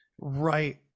right